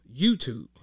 YouTube